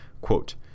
Quote